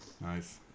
nice